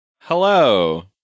Hello